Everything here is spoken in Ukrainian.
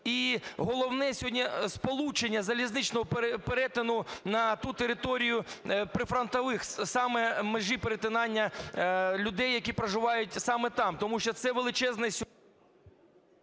І головне сьогодні – сполучення залізничного перетину на ту територію прифронтових… саме межі перетинання людей, які проживають саме там, тому що це величезний…